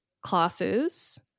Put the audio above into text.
classes